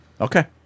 Okay